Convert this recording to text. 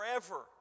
forever